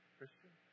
Christian